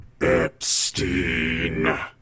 Epstein